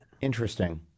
Interesting